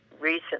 recently